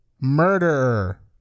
murderer